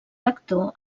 lector